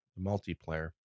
multiplayer